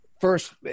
first